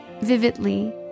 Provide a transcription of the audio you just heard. vividly